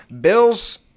Bills